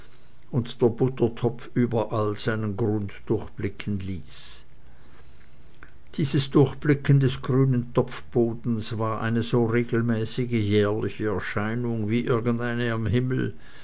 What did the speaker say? und der buttertopf überall seinen grund durchblicken ließ dieses durchblicken des grünen topfbodens war eine so regelmäßige jährliche erscheinung wie irgendeine am himmel